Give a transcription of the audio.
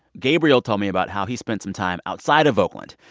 gabriel told me about how he spent some time outside of oakland.